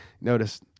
notice